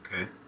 okay